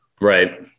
Right